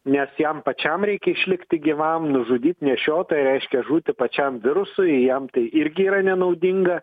nes jam pačiam reikia išlikti gyvam nužudyt nešiotoją reiškia žūti pačiam virusui jam tai irgi yra nenaudinga